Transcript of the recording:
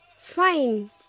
Fine